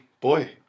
Boy